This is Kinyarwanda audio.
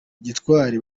gitwari